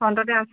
ফ্ৰন্টতে আছে